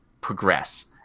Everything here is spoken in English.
progress